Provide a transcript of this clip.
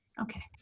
Okay